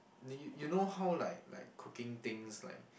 you you know like like cooking things like